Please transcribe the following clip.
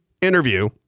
interview